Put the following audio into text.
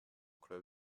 club